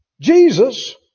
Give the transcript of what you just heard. Jesus